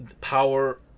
Power